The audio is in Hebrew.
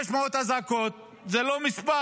500 אזעקות זה לא מספר.